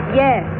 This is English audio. yes